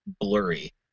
blurry